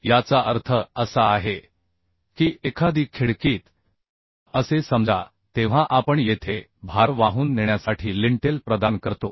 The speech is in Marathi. याचा अर्थ असा आहे की एखादी खिडकीत असे समजा तेव्हा आपण येथे भार वाहून नेण्यासाठी लिंटेल प्रदान करतो